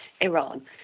Iran